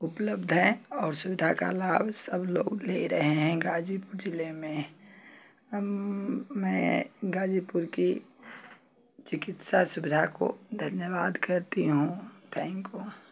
उपलब्ध हैं और सुविधा का लाभ सब लोग ले रहे हैं गाजीपुर जिले में मैं गाजीपुर की चिकित्सा सुविधा को धन्यवाद करती हूँ थैंगक यू